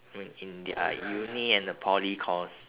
I mean in their uni and the poly course